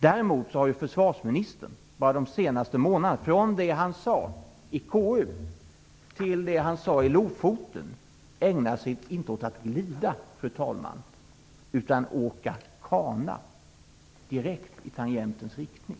Däremot har försvarsministern bara de senaste månaderna, från det han sade i KU till det han sade i Lofoten, inte ägnat sig åt att glida, fru talman, utan åt att åka kana direkt i tangentens riktning.